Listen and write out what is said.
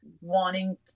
wanting